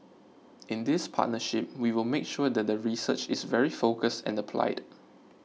in this partnership we will make sure that the research is very focused and applied